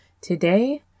today